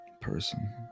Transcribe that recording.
person